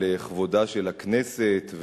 מכבודה של הכנסת,